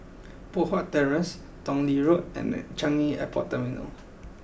Poh Huat Terrace Tong Lee Road and Changi Airport Terminal